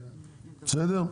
בסדר?